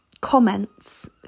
comments